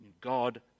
God